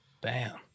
Bam